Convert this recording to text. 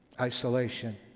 Isolation